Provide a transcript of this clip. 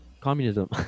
communism